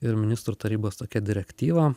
ir ministrų tarybos tokia direktyva